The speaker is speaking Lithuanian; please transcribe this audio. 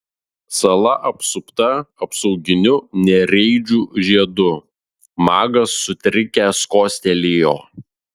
sala apsupta apsauginiu nereidžių žiedu magas sutrikęs kostelėjo